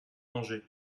manger